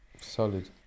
Solid